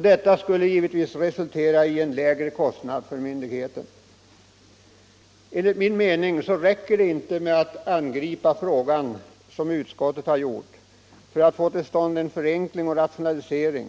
Detta skulle givetvis resultera i en lägre kostnad för myndigheten. Enligt min mening räcker det inte med att angripa frågan på det sätt som utskottet gjort för att få till stånd en förenkling och rationalisering,